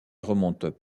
remontent